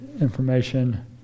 information